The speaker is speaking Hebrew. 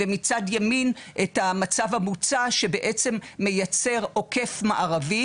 ומצד ימין את המצב המוצע, שבעצם מייצר עוקף מערבי.